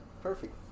perfect